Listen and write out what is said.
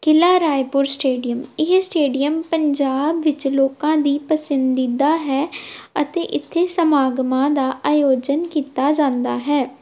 ਕਿਲ੍ਹਾ Raipur stadium ਇਹ stadium Punjab ਵਿੱਚ ਲੋਕਾਂ ਦੀ ਪਸੰਦੀਦਾ ਹੈ ਅਤੇ ਇੱਥੇ ਸਮਾਗਮਾਂ ਦਾ ਆਯੋਜਨ ਕੀਤਾ ਜਾਂਦਾ ਹੈ